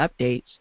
updates